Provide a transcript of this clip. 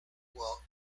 wall